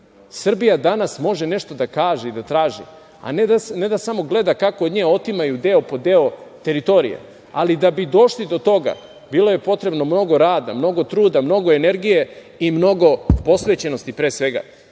Srbija danas može nešto da kaže i da traži, a ne da samo gleda kako od nje otimaju deo po deo teritorije. Ali, da bi došli do toga bilo je potrebno mnogo rada, mnogo truda, mnogo energije i mnogo posvećenosti, pre svega. Koliko